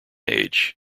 age